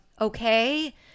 okay